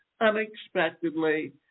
unexpectedly